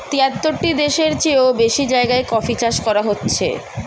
তিয়াত্তরটি দেশের চেও বেশি জায়গায় কফি চাষ করা হচ্ছে